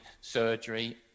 surgery